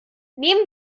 nehmen